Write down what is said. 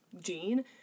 gene